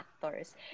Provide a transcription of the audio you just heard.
factors